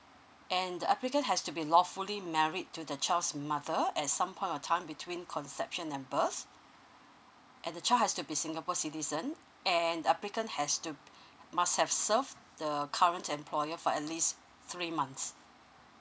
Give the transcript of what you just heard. and the applicant has to be lawfully married to the child's mother at some point of time between conception and birth and the child has to be singapore citizen and applicant has to must have served the current employer for at least three months